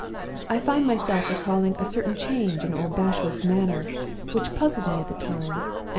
i find myself recalling a certain change in old bashwood's manner which puzzled me at the time,